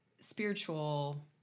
spiritual